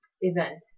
event